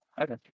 Okay